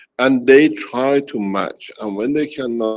and they try to match, and when they cannot,